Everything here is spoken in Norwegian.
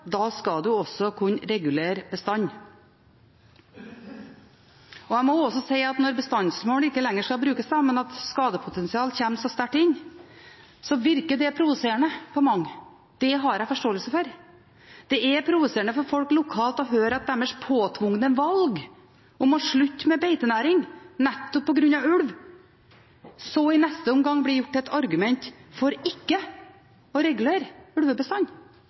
ikke lenger skal brukes, men skadepotensial kommer så sterkt inn, så virker det provoserende på mange. Det har jeg forståelse for. Det er provoserende for folk lokalt å høre at deres påtvungne valg om å slutte med beitenæring nettopp på grunn av ulv i neste omgang blir gjort til et argument for ikke å regulere